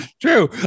true